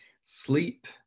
sleep